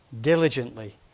diligently